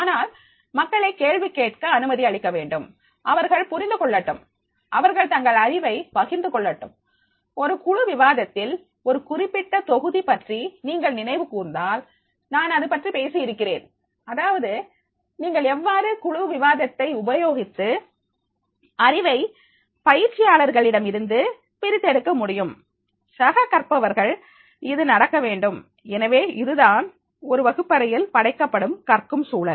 ஆனால் மக்களை கேள்வி கேட்க அனுமதி அளிக்க வேண்டும் அவர்கள் புரிந்து கொள்ளட்டும் அவர்கள் தங்கள் அறிவை பகிர்ந்து கொள்ளட்டும் ஒரு குழு விவாதத்தில் ஒரு குறிப்பிட்ட தொகுதி பற்றி நீங்கள் நினைவு கூர்ந்தால் நான் அதுபற்றி பேசியிருக்கிறேன் அதாவது நீங்கள் எவ்வாறு குழு விவாதத்தை உபயோகித்து அறிவை பயிற்சியாளர் களிடமிருந்து பிரித்தெடுக்க முடியும் சக கற்பவர்கள் இது நடக்க வேண்டும் எனவே இதுதான் ஒரு வகுப்பறையில் படைக்கப்படும் கற்கும் சூழல்